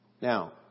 Now